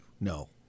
No